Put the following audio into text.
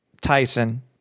Tyson